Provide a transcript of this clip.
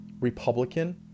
Republican